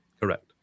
correct